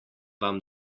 vam